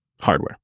hardware